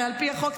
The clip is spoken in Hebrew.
הרי על פי החוק,